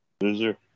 loser